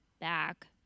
back